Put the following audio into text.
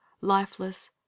lifeless